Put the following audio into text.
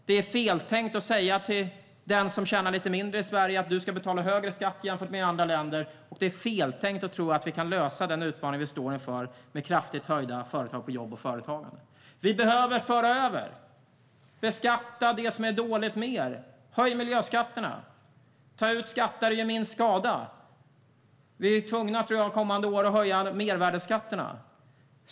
Det är fel tänkt att säga till den som tjänar lite mindre i Sverige: Du ska betala högre skatt jämfört med i andra länder. Det är fel tänkt att tro att vi kan lösa den utmaning vi står inför med kraftigt höjda skatter på jobb och företagande. Vi behöver föra över och beskatta det som är dåligt mer. Höj miljöskatterna, ta ut skatt där det gör minst skada! Jag tror att vi är tvungna att höja mervärdesskatterna under de kommande åren.